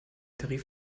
tarif